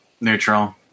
Neutral